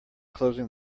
closing